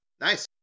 Nice